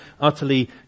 utterly